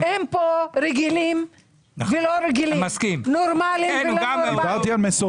אין פה רגילים ולא רגילים, נורמליים ולא נורמליים.